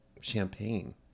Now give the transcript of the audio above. champagne